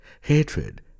hatred